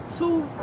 Two